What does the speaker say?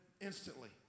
instantly